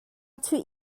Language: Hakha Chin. chuih